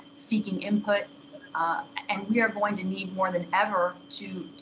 seeking input and we are going to need more than ever to